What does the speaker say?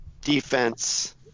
defense